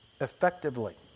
effectively